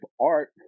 art